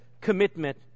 commitment